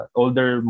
older